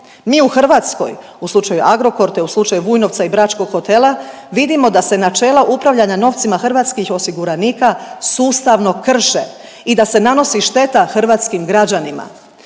Mi u Hrvatskoj u slučaju Agrokor te u slučaju Vujnovca i bračkog hotela vidimo da se načela upravljanja novcima hrvatskih osiguranika sustavno krše i da se nanosi šteta hrvatskim građanima.